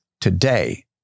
Today